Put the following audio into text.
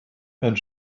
and